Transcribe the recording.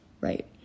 right